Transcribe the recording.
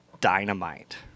dynamite